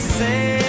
say